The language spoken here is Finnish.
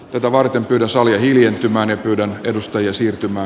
tätä varten ylös oli hiljentämään ja pyydän edustajia siirtymä